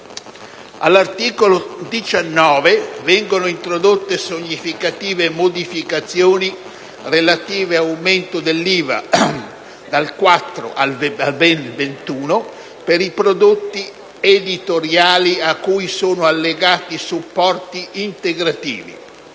All'articolo 19 vengono introdotte significative modificazioni relative all'aumento dell'IVA, dal 4 al 21 per cento, per i prodotti editoriali a cui sono allegati supporti integrativi.